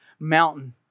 Mountain